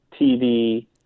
TV